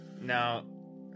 Now